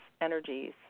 energies